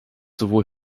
sowohl